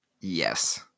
Yes